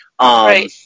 Right